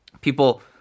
people